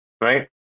right